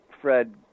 Fred